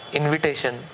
invitation